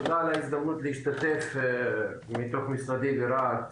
תודה על ההזדמנות להשתתף בדיון ממשרדי ברהט.